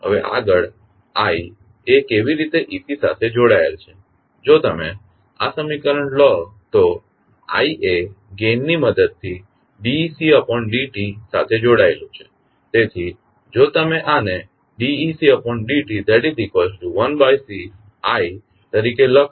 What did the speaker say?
હવે આગળ i એ કેવી રીતે ec સાથે જોડાયેલ છે જો તમે આ સમીકરણ લો તો i એ ગેઇન ની મદદથી d ecd t સાથે જોડાયેલું છે તેથી જો તમે આને d ecd t1Cit તરીકે લખો